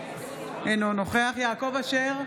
אינו נוכח יעקב אשר,